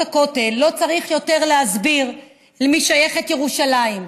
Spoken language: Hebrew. הכותל לא צריך יותר להסביר למי שייכת ירושלים.